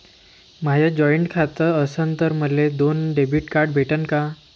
माय joint खातं असन तर मले दोन डेबिट कार्ड भेटन का?